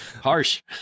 harsh